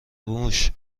موش